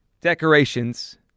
decorations